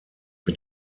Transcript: mit